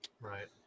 right